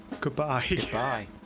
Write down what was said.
Goodbye